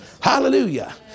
Hallelujah